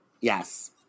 Yes